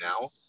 now